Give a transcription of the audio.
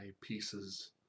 pieces